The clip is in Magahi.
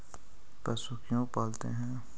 पशु क्यों पालते हैं?